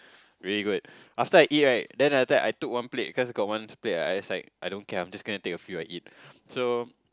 really good after I eat right then later I took one plate cause got one plate I just like I don't care I'm just gonna take a few and eat so